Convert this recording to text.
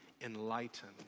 enlighten